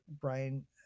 Brian